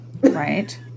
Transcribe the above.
Right